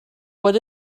what